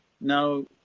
now